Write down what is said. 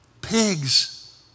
pigs